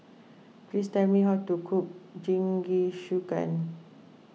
please tell me how to cook Jingisukan